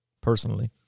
personally